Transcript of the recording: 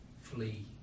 Flee